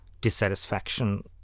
dissatisfaction